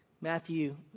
Matthew